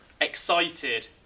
excited